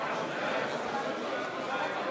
על מנת למנוע לאחר מכן שאלות מיותרות לגבי סדרי ההצבעה.